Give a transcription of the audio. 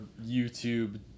YouTube